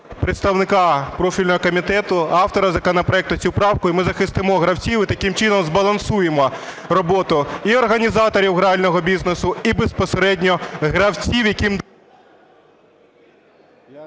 представника профільного комітету, автора законопроекту цю правку, і ми захистимо гравців і таким чином збалансуємо роботу і організаторів грального бізнесу, і безпосередньо гравців, яким...